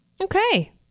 Okay